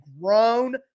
grown